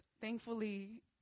thankfully